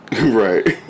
Right